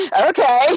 okay